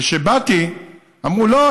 וכשבאתי אמרו: לא,